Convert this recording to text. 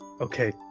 Okay